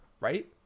right